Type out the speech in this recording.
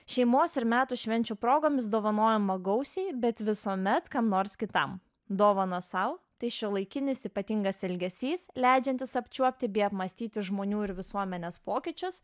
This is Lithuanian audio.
šeimos ir metų švenčių progomis dovanojama gausiai bet visuomet kam nors kitam dovanos sau tai šiuolaikinis ypatingas elgesys leidžiantis apčiuopti bei apmąstyti žmonių ir visuomenės pokyčius